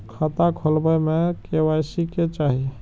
खाता खोला बे में के.वाई.सी के चाहि?